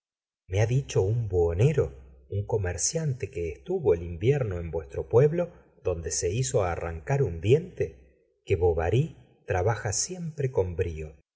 me ha dicho un buhonero un comerciante que estuvo el invierno en vuestro pueblo donde se hizo arrancar un diente que bovary trabaja siempre con brío